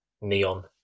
neon